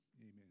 amen